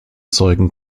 zeugen